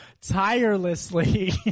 tirelessly